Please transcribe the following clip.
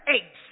Eight